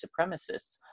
supremacists